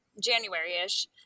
January-ish